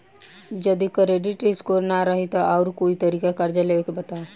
जदि credit score ना रही त आऊर कोई तरीका कर्जा लेवे के बताव?